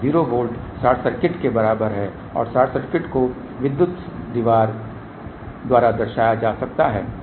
0 volt short circuit के बराबर है और शॉर्ट सर्किट को विद्युत दीवार द्वारा दर्शाया जा सकता है